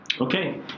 Okay